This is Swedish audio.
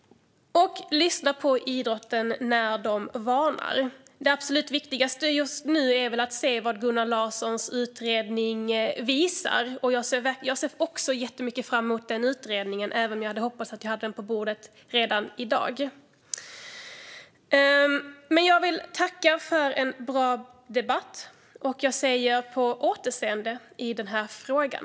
Och lyssna på idrotten när idrotten varnar! Det absolut viktigaste just nu är väl att se vad Gunnar Larssons utredning visar. Även jag ser jättemycket fram emot den utredningen, även om jag hade hoppats att vi skulle ha den på bordet redan i dag. Jag vill tacka för en bra debatt, och jag säger "på återseende" i den här frågan.